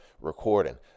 recording